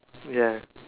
ya